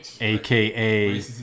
aka